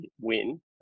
win